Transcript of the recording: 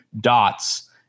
dots